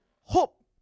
hope